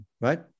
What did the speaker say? right